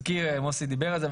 מוסי דיבר על זה,